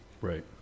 Right